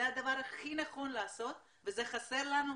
זה הדבר הכי נכון לעשות וזה חסר לנו,